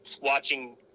watching